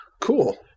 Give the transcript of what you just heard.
Cool